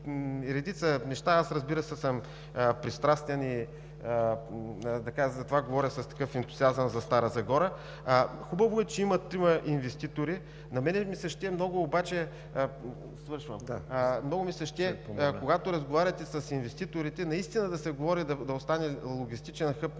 редица неща. Аз, разбира се, съм пристрастен и затова говоря с такъв ентусиазъм за Стара Загора. Хубаво е, че има трима инвеститори. На мен много ми се иска, когато разговаряте с инвеститорите, наистина да се говори да остане логистичен хъб